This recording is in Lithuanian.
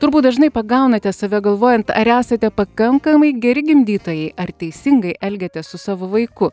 turbūt dažnai pagaunate save galvojant ar esate pakankamai geri gimdytojai ar teisingai elgiatės su savo vaiku